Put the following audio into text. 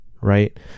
right